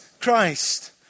Christ